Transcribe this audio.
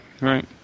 right